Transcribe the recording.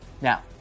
Now